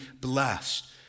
blessed